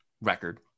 record